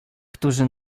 którzy